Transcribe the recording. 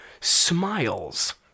smiles